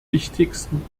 wichtigsten